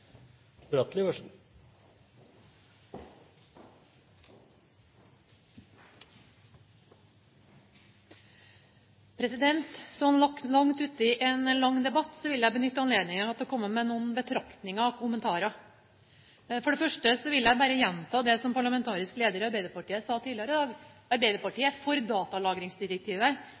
få ordet. Så langt ute i en lang debatt vil jeg benytte anledningen til å komme med noen betraktninger og kommentarer. For det første vil jeg bare gjenta det som parlamentarisk leder i Arbeiderpartiet sa tidligere i dag: Arbeiderpartiet er for datalagringsdirektivet,